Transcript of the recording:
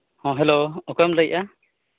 ᱦᱚᱸ ᱦᱮᱞᱳ ᱚᱠᱚᱭᱮᱢ ᱞᱟᱹᱭᱮᱜᱼᱟ